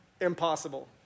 Impossible